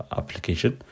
application